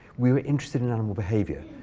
we were interested in animal behavior.